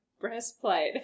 breastplate